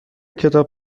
کتاب